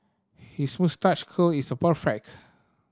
his moustache curl is perfect